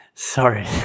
Sorry